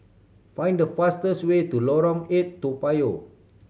find the fastest way to Lorong Eight Toa Payoh